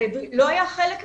הבדואי, לא היה חלק מזה.